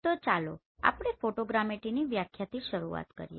તો ચાલો આપણે ફોટોગ્રામેટ્રીની વ્યાખ્યાથી શરૂઆત કરીએ